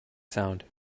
sound